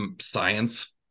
science